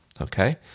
Okay